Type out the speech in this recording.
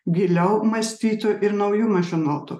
giliau mąstytų ir naujumą žinotų